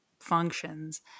functions